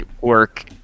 work